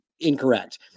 incorrect